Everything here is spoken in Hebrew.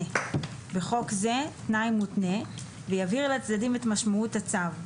(בחוק זה תנאי מותנה) ויבהיר לצדדים את משמעות הצו.